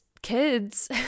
kids